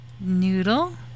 Noodle